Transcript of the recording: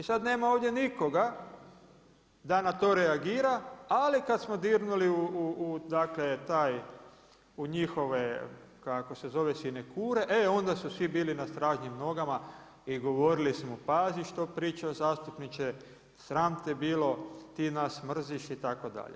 I sad nema ovdje nikoga da na to reagira, ali kad smo dirnuli, dakle u njihove kako se zove sinekure e onda su svi bili na stražnjim nogama i govorili su pazi što pričaš zastupniče, sram te bilo, ti nas mrziš itd.